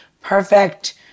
perfect